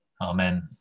Amen